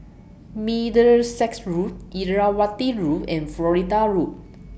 Middlesex Road Irrawaddy Road and Florida Road